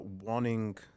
wanting